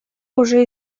уже